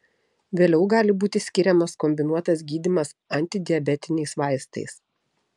vėliau gali būti skiriamas kombinuotas gydymas antidiabetiniais vaistais